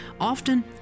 Often